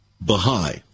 Baha'i